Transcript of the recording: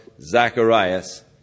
Zacharias